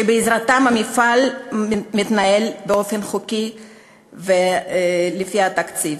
שבעזרתם המפעל מתנהל באופן חוקי ולפי התקציב,